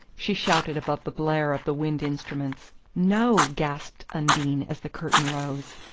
she shouted above the blare of the wind instruments. no! gasped undine as the curtain rose.